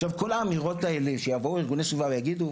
עכשיו כל האמירות האלה שיבואו ארגוני סביבה ויגידו,